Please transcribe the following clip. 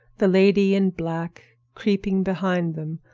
the lady in black, creeping behind them,